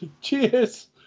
Cheers